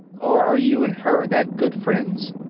or are you and her that good friends?